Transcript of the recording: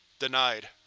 denied.